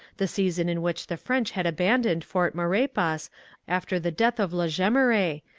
the season in which the french had abandoned fort maurepas after the death of la jemeraye,